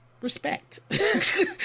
respect